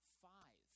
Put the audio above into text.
five